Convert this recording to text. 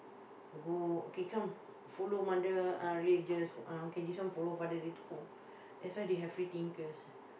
to go okay come follow mother uh religious uh okay this one follow father no that's why they have free thinkers